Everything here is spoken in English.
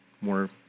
more